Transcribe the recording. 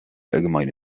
allgemeine